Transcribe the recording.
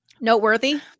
noteworthy